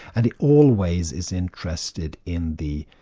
and he always is interested in the,